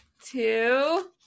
two